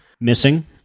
missing